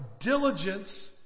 Diligence